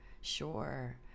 sure